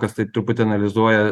kas taip truputį analizuoja